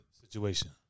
situation